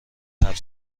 حرف